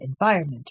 environment